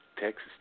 Texas